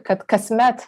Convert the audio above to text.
kad kasmet